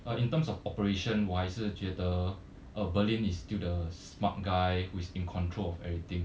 in terms of operation 我还是觉得 uh berlin is still the smart guy who's in control of everything